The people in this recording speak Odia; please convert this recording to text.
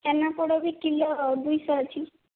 ଛେନା ପୋଡ଼ ବି କିଲୋ ଦୁଇଶ ଅଛି